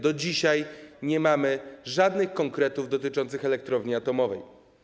Do dzisiaj nie mamy żadnych konkretów dotyczących elektrowni atomowej.